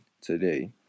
today